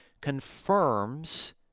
confirms